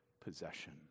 possession